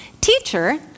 Teacher